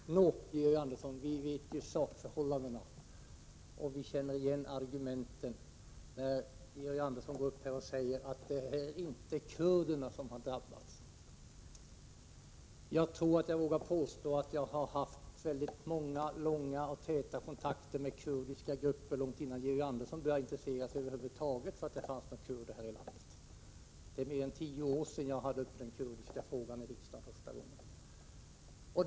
Herr talman! Nå, Georg Andersson, vi vet hur sakförhållandena är, och vi känner igen argumenten när Georg Andersson säger att det inte är kurderna som har drabbats. Jag tror att jag vågar påstå att jag har haft många, långa och täta kontakter med kurdiska grupper långt innan Georg Andersson över huvud taget började intressera sig för att det fanns kurder här i landet. Det är mer än tio år sedan jag hade den kurdiska frågan uppe i riksdagen för första gången.